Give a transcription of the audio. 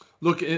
Look